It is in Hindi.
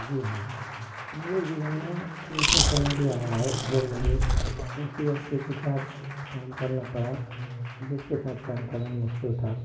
जी हाँ मेरे जीवन में ऐसा समय भी आया है जब मुझे ऐसी व्यक्ति के साथ काम करना पड़ा जिस के साथ काम करना मुश्किल था